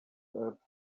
earth